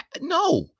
No